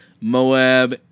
Moab